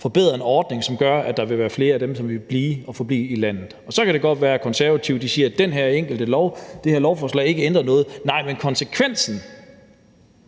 forbedre en ordning, som gør, at der vil være flere af dem, som vil blive og forblive i landet. Så kan det godt være, at Konservative siger, at det her enkelte lovforslag ikke ændrer noget. Nej, men konsekvensen